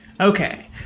Okay